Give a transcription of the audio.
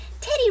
Teddy